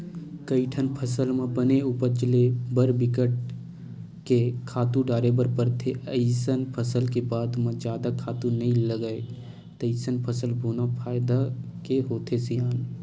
कइठन फसल म बने उपज ले बर बिकट के खातू डारे बर परथे अइसन फसल के बाद म जादा खातू नइ लागय तइसन फसल बोना फायदा के होथे सियान